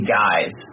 guys